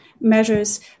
measures